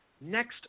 next